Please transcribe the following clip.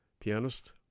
Pianist